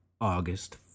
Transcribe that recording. August